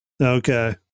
Okay